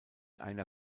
einer